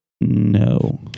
no